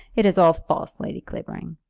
it is all false, lady clavering.